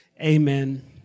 amen